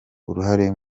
uruhare